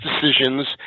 decisions